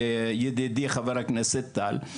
ידידי חבר הכנסת טל.